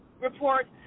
report